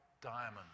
Diamond